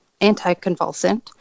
anticonvulsant